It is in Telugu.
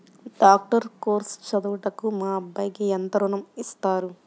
డాక్టర్ కోర్స్ చదువుటకు మా అబ్బాయికి ఎంత ఋణం ఇస్తారు?